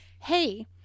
hey